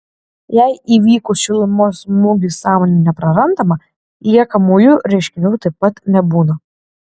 jei įvykus šilumos smūgiui sąmonė neprarandama liekamųjų reiškinių taip pat nebūna